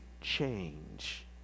change